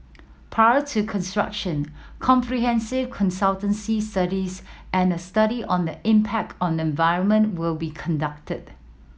prior to construction comprehensive consultancy studies and a study on the impact on environment will be conducted